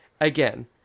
again